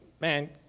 Man